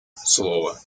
слово